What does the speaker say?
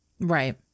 Right